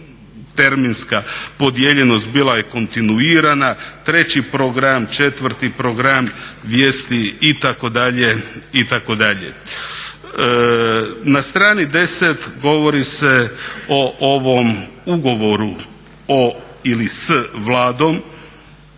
terminska podijeljenost bila je kontinuirana, treći program, četvrti program, vijesti itd. itd. Na strani 10 govori se o ovom ugovoru o ili s Vladom